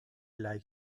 like